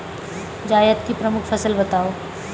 जायद की प्रमुख फसल बताओ